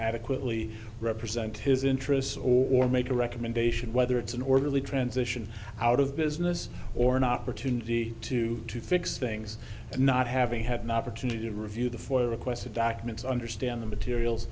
adequately represent his interests or or make a recommendation whether it's an orderly transition out of business or an opportunity to to fix things not having had an opportunity to review the four requests the documents understand the materials